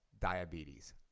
diabetes